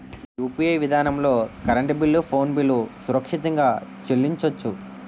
UPI విధానంలో current bill phone bill సురక్షితంగా చెల్లించొచ్చు